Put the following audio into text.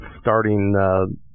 starting